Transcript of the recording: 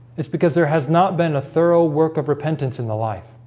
it's because there has not been a thorough work of repentance in the life